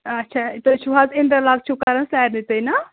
اچھا تُہۍ چھُو حظ اِنٹَرلاک چھُو کَران سارنٕے تُہۍ نا